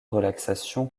relaxation